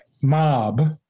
mob